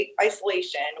isolation